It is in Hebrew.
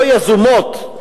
לא יזומות,